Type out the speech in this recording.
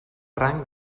rang